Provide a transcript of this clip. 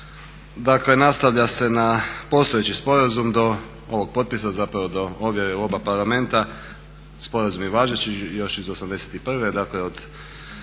Dakle, nastavlja se na postojeći sporazum do ovog potpisa, zapravo do ovjere u oba Parlamenta, sporazum je važeći još iz '81., dakle od